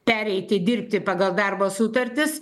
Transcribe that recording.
pereiti dirbti pagal darbo sutartis